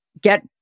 get